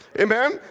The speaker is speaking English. Amen